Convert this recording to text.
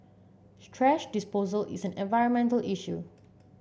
thrash disposal is an environmental issue